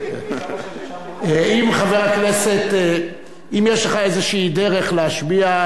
אם יש לך איזו דרך להשביע,